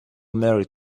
married